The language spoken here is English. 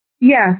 Yes